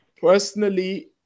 personally